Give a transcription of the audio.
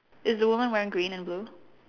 is the woman wearing green and blue